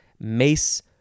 mace